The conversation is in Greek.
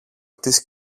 της